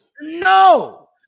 No